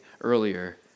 earlier